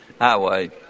Highway